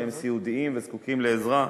שהם סיעודיים וזקוקים לעזרה,